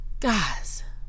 guys